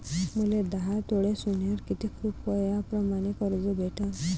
मले दहा तोळे सोन्यावर कितीक रुपया प्रमाण कर्ज भेटन?